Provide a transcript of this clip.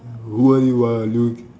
what you want Luke